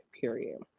period